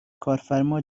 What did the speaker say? کارفرما